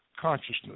consciousness